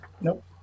Nope